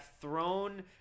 thrown